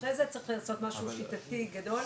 אחרי זה צריך לעשות משהו שיטתי, גדול.